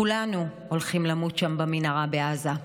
כולנו הולכים למות שם, במנהרה בעזה.